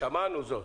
שמענו זאת,